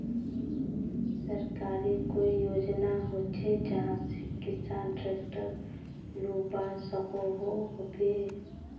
सरकारी कोई योजना होचे जहा से किसान ट्रैक्टर लुबा सकोहो होबे?